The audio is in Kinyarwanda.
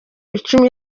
icumi